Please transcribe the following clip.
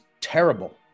terrible